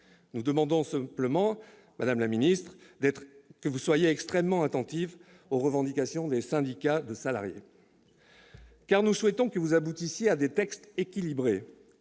Nous demandons simplement, madame la ministre, que vous soyez extrêmement attentive aux revendications des syndicats de salariés. En effet, nous souhaitons que vous aboutissiez à des textes équilibrés.